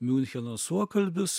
miuncheno suokalbis